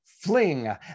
fling